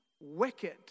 wicked